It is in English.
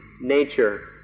nature